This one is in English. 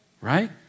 right